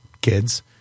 kids